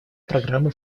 программы